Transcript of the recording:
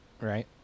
Right